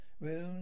rooms